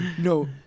no